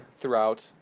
throughout